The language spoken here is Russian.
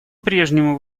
прежнему